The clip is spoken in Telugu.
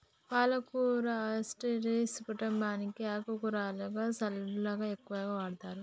పాలకూర అస్టెరెసి కుంటుంబానికి ఈ ఆకుకూరలను సలడ్లకు ఎక్కువగా వాడతారు